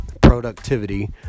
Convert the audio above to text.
productivity